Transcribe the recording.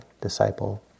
disciple